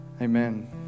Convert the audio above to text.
Amen